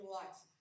life